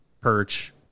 Perch